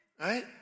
Right